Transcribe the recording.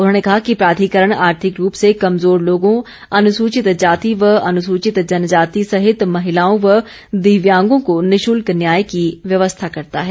उन्होंने कहा कि प्राधिकरण आर्थिक रूप से कमजोर लोगों अनुसूचित जातिं व अनुसूचित जनजाति सहित महिलाओं व दिव्यांगों को निशुल्क न्याय की व्यवस्था करता है